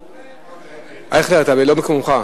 אייכלר, אתה לא במקומך.